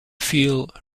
feel